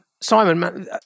simon